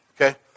okay